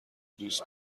دوست